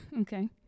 Okay